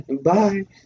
Bye